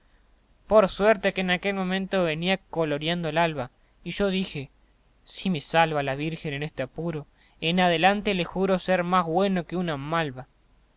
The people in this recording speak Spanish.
por suerte en aquel momento venía coloriando el alba y yo dije si me salva la virgen en este apuro en adelante le juro ser más güeno que una malva